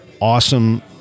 awesome